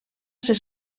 ser